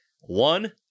One